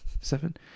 Seven